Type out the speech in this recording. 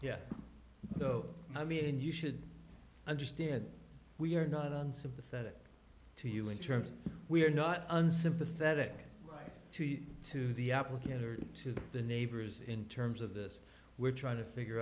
though i mean you should understand we are not unsympathetic to you in terms of we're not unsympathetic to the applicator to the neighbors in terms of this we're trying to figure